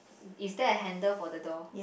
is there a handle for the door